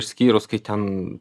išskyrus kai ten